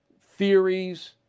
theories